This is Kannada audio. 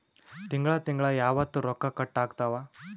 ತಿಂಗಳ ತಿಂಗ್ಳ ಯಾವತ್ತ ರೊಕ್ಕ ಕಟ್ ಆಗ್ತಾವ?